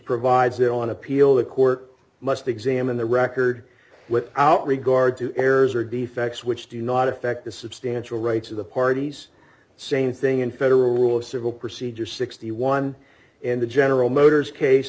provides it on appeal the court must examine the record with out regard to errors or defects which do not affect the substantial rights of the parties same thing in federal rule of civil procedure sixty one in the general motors case